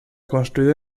construido